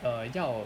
err 要